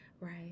right